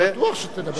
אני בטוח שתדבר.